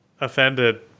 offended